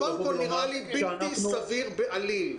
קודם כול נראה לי בלתי סביר בעליל,